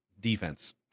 Defense